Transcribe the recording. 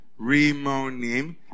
rimonim